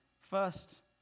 first